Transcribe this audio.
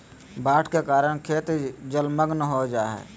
बाढ़ के कारण खेत जलमग्न हो जा हइ